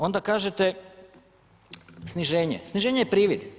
Onda kažete sniženje, sniženje je privid.